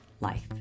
life